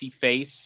face